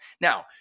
Now